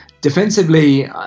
defensively